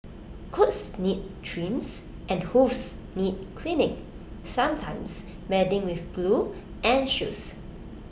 coats need trims and hooves need cleaning sometimes mending with glue and shoes